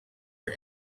for